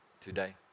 today